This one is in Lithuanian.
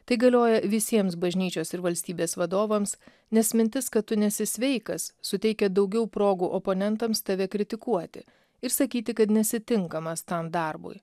tai galioja visiems bažnyčios ir valstybės vadovams nes mintis kad tu nesi sveikas suteikia daugiau progų oponentams tave kritikuoti ir sakyti kad nesi tinkamas tam darbui